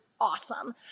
awesome